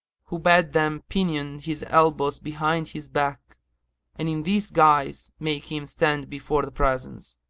who bade them pinion his elbows behind his back and in this guise make him stand before the presence.